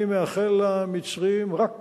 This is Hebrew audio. אני מאחל למצרים רק טוב,